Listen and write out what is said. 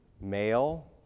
male